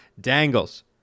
Dangles